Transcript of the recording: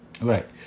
right